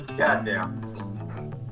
Goddamn